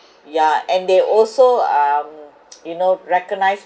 ya and they also um you know recognise